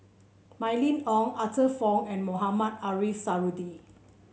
Mylene Ong Arthur Fong and Mohamed Ariff Suradi